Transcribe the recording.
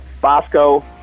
Bosco